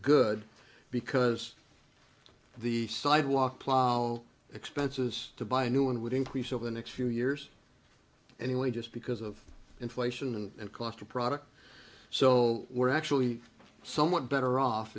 good because the sidewalk plow expenses to buy a new one would increase over the next few years anyway just because of inflation and cost of product so we're actually somewhat better off